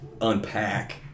unpack